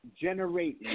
generate